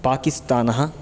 पाकिस्तानः